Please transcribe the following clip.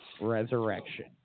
Resurrection